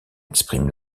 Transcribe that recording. exprime